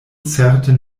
certe